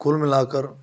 कुल मिलाकर